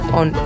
on